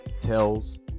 tells